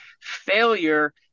Failure